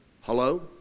Hello